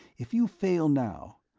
if you fail now,